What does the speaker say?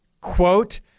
quote